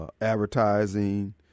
advertising